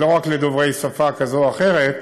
לא רק לדוברי שפה כזו או אחרת,